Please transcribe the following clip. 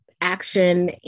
action